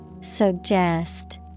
Suggest